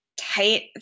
tight